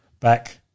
back